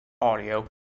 audio